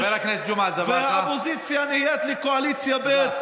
והאופוזיציה נהיית לקואליציה ב'.